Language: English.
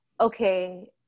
okay